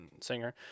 singer